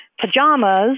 pajamas